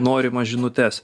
norimas žinutes